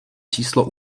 číslo